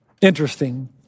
Interesting